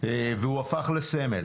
הפך לסמל